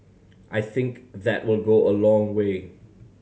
I think that will go a long way